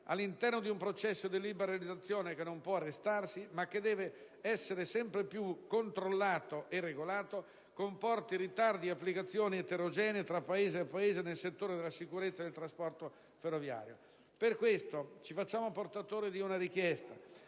all'interno di un processo di liberalizzazione che non può arrestarsi, ma che deve essere sempre più controllato e regolato, comporti ritardi e applicazioni eterogenee tra Paese e Paese nel settore della sicurezza del trasporto ferroviario. Per questo, ci facciamo portatori di una richiesta